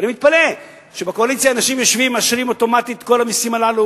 ואני מתפלא שבקואליציה אנשים יושבים ומאשרים אוטומטית את כל המסים הללו,